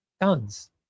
guns